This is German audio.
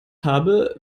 habe